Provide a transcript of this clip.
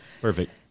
perfect